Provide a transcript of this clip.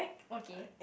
okay